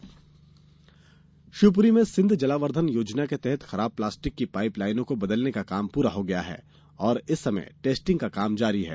शिवपुरी जलावर्धन शिवपुरी में सिंध जलावर्धन योजना के तहत खराब प्लास्टिक की पाइप लाइनों को बदलने का काम प्ररा हो गया है और इस समय टेस्टिंग का काम जारी है